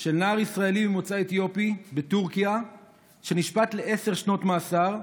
של נער ישראלי ממוצא אתיופי בטורקיה שנשפט לעשר שנות מאסר.